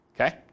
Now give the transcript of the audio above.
okay